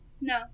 No